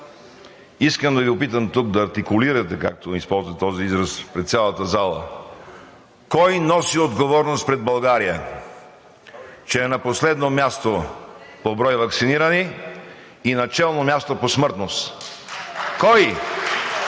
искам да Ви попитам тук и да артикулирате, както използвате този израз, пред цялата зала: кой носи отговорност пред България, че е на последно място по брой ваксинирани и на челно място по смъртност?